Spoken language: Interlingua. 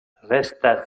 resta